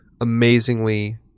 amazingly